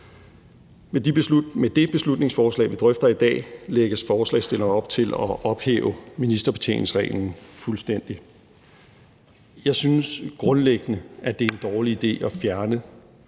Med det beslutningsforslag, vi drøfter i dag, lægger forslagsstillerne op til at ophæve ministerbetjeningsreglen fuldstændig. Jeg synes grundlæggende, at det er en dårlig idé at fjerne